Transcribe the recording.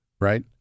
right